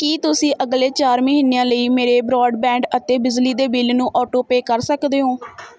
ਕੀ ਤੁਸੀਂਂ ਅਗਲੇ ਚਾਰ ਮਹੀਨਿਆਂ ਲਈ ਮੇਰੇ ਬਰੋਡਬੈਂਡ ਅਤੇ ਬਿਜਲੀ ਦੇ ਬਿੱਲ ਨੂੰ ਆਟੋ ਪੇ ਕਰ ਸਕਦੇ ਹੋ